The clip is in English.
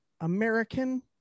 American